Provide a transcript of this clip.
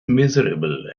miserable